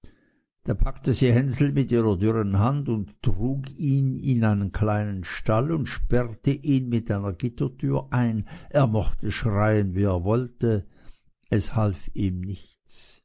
da packte sie hänsel mit ihrer dürren hand und trug ihn in einen kleinen stall und sperrte ihn mit einer gittertüre ein er mochte schreien wie er wollte es half ihm nichts